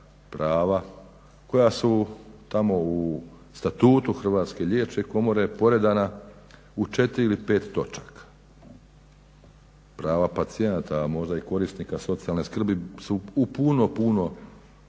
prava koja su tamo u statutu Hrvatske liječničke komore poredana u 4 ili 5 točaka. Prava pacijenata, a možda i korisnika socijalne skrbi su u puno, puno,